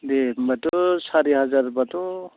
दे होनबाथ' सारि हाजारबाथ'